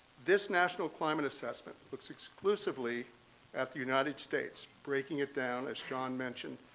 this national climate assessment looks exclusively at the united states, breaking it down as john mentioned,